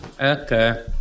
Okay